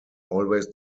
always